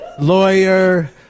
lawyer